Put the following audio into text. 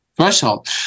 Threshold